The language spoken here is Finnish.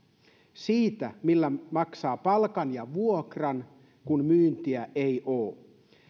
siitä millä maksaa palkan ja vuokran kun myyntiä ei ole